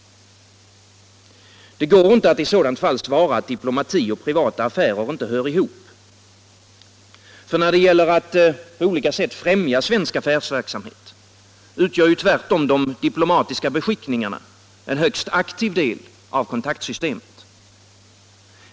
Det går inte att i sådant fall svara att diplomati och privata affärer inte hör ihop. När det gäller att på olika sätt främja svensk affärsverksamhet utgör tvärtom de diplomatiska beskickningarna en högst aktiv del av kontaktsystemet.